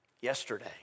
Yesterday